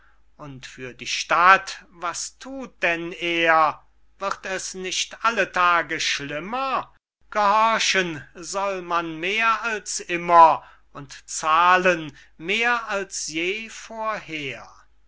und für die stadt was thut denn er wird es nicht alle tage schlimmer gehorchen soll man mehr als immer und zahlen mehr als je vorher